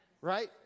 right